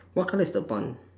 what colour is the barn